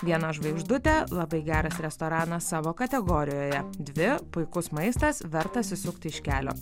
viena žvaigždutė labai geras restoranas savo kategorijoje dvi puikus maistas vertas išsukti iš kelio